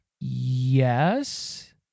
yes